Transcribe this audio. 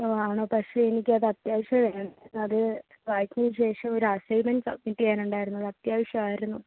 ആണോ പക്ഷേ എനിക്ക് അത അത്യാവശ്യം ആയിരുന്നു അത് വായിച്ചതിന് ശേഷം ഒരസൈമെൻ്റ് സബ്മിറ്റ് ചെയ്യാൻ ഉണ്ടായിരുന്നു അത് അത്യാവശ്യം ആയിരുന്നു